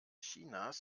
chinas